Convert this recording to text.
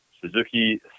Suzuki